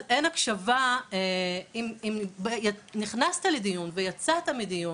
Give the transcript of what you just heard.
אז אין הקשבה במקרה שבו נכנסת לדיון ויצאת מדיון